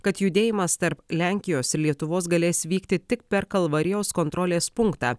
kad judėjimas tarp lenkijos ir lietuvos galės vykti tik per kalvarijos kontrolės punktą